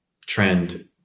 trend